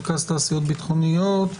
רכז תעשיות ביטחוניות,